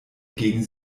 gegen